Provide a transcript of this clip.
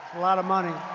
a lot of money.